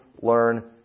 learn